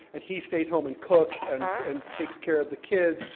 and he stays home and cooks, and and takes care of the kids.